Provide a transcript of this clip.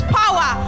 power